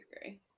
agree